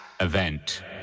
event